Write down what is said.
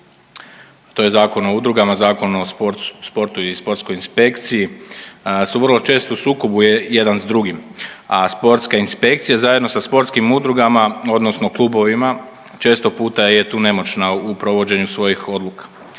to je Zakon o udrugama, Zakon o sportu i sportskoj inspekciji s vrlo često u sukobu jedan s drugim. A sportska inspekcija zajedno sa sportskim udrugama odnosno klubovima često puta je tu nemoćna u provođenju svojih odluka.